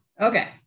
Okay